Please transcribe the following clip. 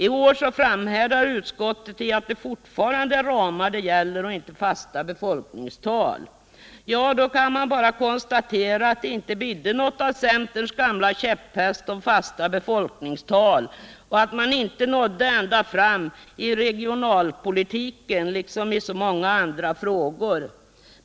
I år framhärdar utskottet i sitt påstående att det fortfarande gäller ramar och inte fasta befolkningstal. Då kan jag bara konstatera, att det inte ”bidde” något av centerns gamla käpphäst om fasta befolkningstal och att man inte nådde ända fram i regionalpolitiken liksom i så många andra frågor.